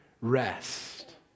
rest